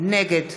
נגד